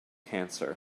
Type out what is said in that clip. cancer